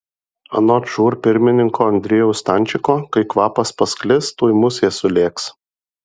anot žūr pirmininko andriejaus stančiko kai kvapas pasklis tuoj musės sulėks